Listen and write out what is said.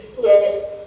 Yes